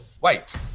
Wait